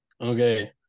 Okay